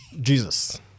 Jesus